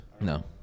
no